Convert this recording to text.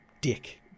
dick